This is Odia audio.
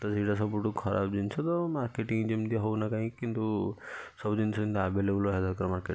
ତ ସେଇଟା ସବୁଠୁ ଖରାପ୍ ଜିନ୍ସ ତ ମାର୍କେଟିଂ ଯେମିତି ହେଉନା କାହିଁ କିନ୍ତୁ ସବୁ ଜିନ୍ଷ ଯେମତି ଆଭେଲେବୁଲ୍ ରହିବା ଦରକାର ମାର୍କେଟରେ